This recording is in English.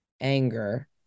anger